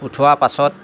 উঠোৱা পাছত